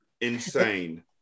insane